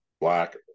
black